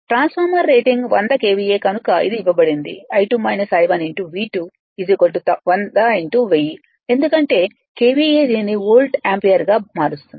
transformer rating 100 KVA కనుక ఇది ఇవ్వబడింది v2 100 1000 ఎందుకంటే KVA దీనిని వోల్ట్ యాంపియర్గా మారుస్తుంది